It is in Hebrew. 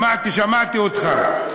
שמעתי, שמעתי אותך.